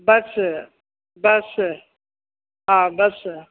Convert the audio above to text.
बसि बसि हा बसि